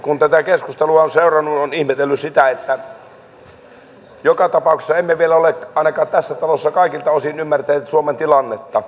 kun tätä keskustelua on seurannut on ihmetellyt sitä että joka tapauksessa emme vielä ole ainakaan tässä talossa kaikilta osin ymmärtäneet suomen tilannetta